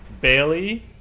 Bailey